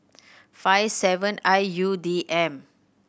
five seven I U D M